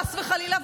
חס וחלילה,